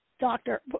doctor